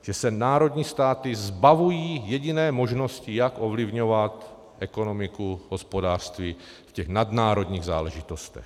Že se národní státy zbavují jediné možnosti, jak ovlivňovat ekonomiku, hospodářství v těch nadnárodních záležitostech.